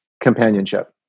companionship